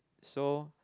so